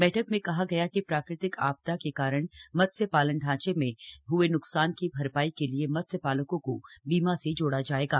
बैठक में कहा गया कि प्राकृतिक आपदा के कारण मत्स्य पालन ढांचे में हए न्कसान की भरपाई के लिए मत्स्य पालकों को बीमा से जोड़ा जाएगा